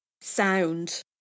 sound